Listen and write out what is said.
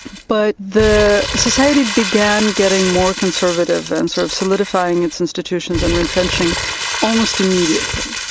but the society began getting more conservative and sort of solidifying its institutions and retrenching almost immediately.